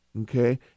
okay